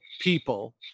people